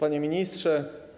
Panie Ministrze!